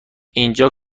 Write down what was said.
اینجا